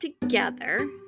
together